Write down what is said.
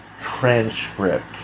transcript